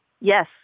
Yes